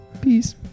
Peace